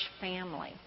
family